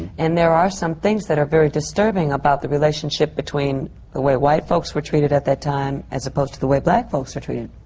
and there are some things that are very disturbing about the relationship between the way white folks were treated at that time, as opposed to the way black folks were treated.